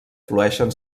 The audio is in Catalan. flueixen